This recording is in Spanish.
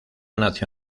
nació